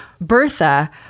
bertha